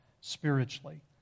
spiritually